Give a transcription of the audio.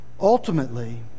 Ultimately